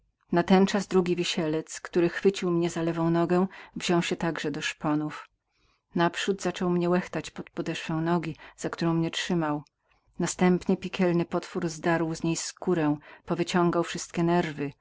z boleści natenczas drugi wisielec który schwycił mnie za lewą nogę wziął się także do szponów naprzód zaczął mnie łechtać pod podeszwę nogi za którą mnie trzymał następnie piekielny potwór zdarł mi skórę powyciągał wszystkie nerwy